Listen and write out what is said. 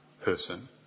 person